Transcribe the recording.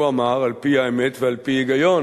הוא אמר, על-פי האמת ועל-פי ההיגיון,